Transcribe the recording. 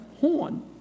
horn